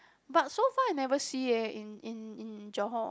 but so far I never see eh in in in Johor